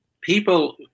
people